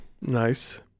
Nice